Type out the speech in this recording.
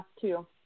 two